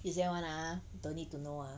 you say one ah don't need to know ah